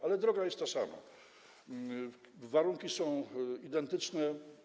Ale droga jest ta sama, warunki są identyczne.